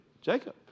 Jacob